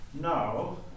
now